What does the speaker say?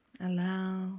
Allow